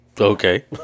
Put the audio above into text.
Okay